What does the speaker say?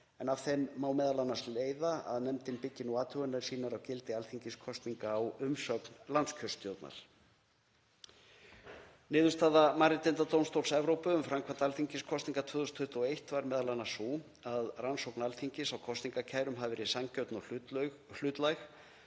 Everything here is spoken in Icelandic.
en af þeim má m.a. leiða að nefndin byggir nú athuganir sínar á gildi alþingiskosninga á umsögn landskjörstjórnar. Niðurstaða Mannréttindadómstóls Evrópu um framkvæmd alþingiskosninga 2021 var m.a. sú að rannsókn Alþingis á kosningakærum hafi verið sanngjörn og hlutlæg